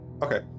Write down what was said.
Okay